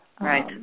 Right